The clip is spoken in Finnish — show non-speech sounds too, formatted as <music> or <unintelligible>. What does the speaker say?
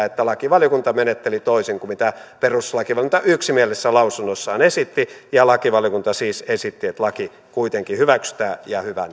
<unintelligible> että lakivaliokunta menetteli toisin kuin perustuslakivaliokunta yksimielisessä lausunnossaan esitti lakivaliokunta siis esitti että laki kuitenkin hyväksytään ja hyvä <unintelligible>